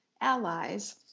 allies